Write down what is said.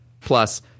Plus